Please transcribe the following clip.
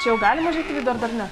čia jau galima užeit dar dar ne